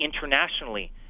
internationally